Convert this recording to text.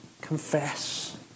Confess